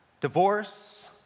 divorce